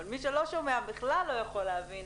אבל מי שלא שומע בכלל לא יכול להבין.